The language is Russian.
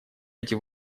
эти